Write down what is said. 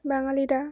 বাঙালিরা